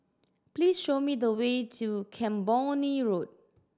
please show me the way to Camborne Road